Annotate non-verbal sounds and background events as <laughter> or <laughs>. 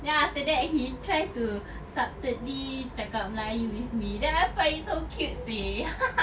then after that he try to subtlely cakap melayu with me then I find it so cute seh <laughs>